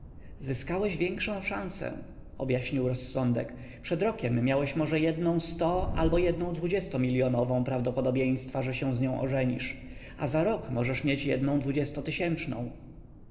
zyskałeś większą szansę objaśnił rozsądek przed rokiem miałeś może jednę sto albo jednę dwudziestomilionową prawdopodobieństwa że się z nią ożenisz a za rok możesz mieć jednę